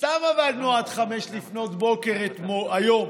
סתם עבדנו עד 05:00 היום.